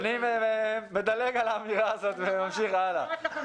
אדלג על האמירה הזו, נמשיך הלאה,